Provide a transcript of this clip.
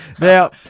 Now